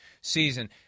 season